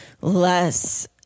less